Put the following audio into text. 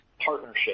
partnership